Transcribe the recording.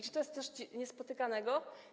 Czy to jest coś niespotykanego?